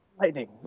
lightning